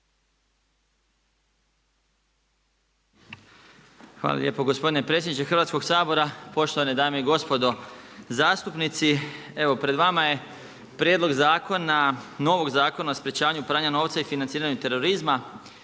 Hvala lijepo gospodine predsjedniče Hrvatskoga sabora, poštovane dame i gospodo zastupnici. Evo pred vama je Prijedlog zakona, novog Zakona o sprječavanju pranja novca i financiranju terorizma.